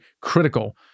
critical